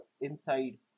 inside